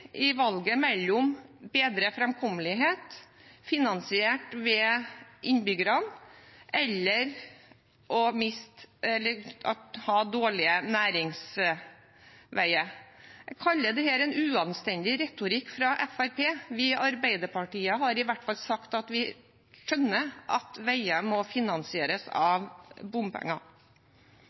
i valget mellom bedre framkommelighet finansiert av innbyggerne og dårlige næringsveier. Jeg kaller dette en uanstendig retorikk fra Fremskrittspartiets side. Vi i Arbeiderpartiet har i hvert fall sagt at vi skjønner at veier må finansieres av bompenger.